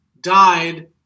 died